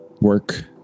work